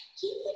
Keep